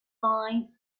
wine